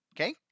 Okay